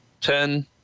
ten